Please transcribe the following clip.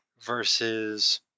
versus